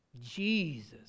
Jesus